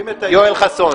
יואל חסון.